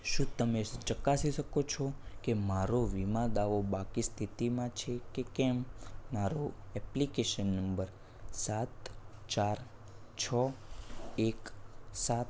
શું તમે સ ચકાસી શકો છો કે મારો વીમા દાવો બાકી સ્થિતિમાં છે કે કેમ મારો એપ્લિકેશન નંબર સાત ચાર છ એક સાત